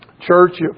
church